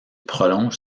prolonge